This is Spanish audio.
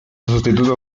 sustituto